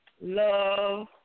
love